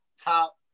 top